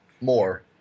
more